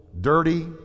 dirty